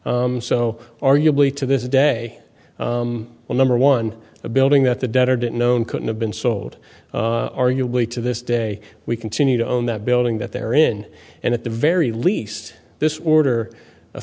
s so arguably to this day well number one the building that the debtor didn't known could have been sold arguably to this day we continue to own that building that they're in and at the very least this order